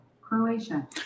Croatia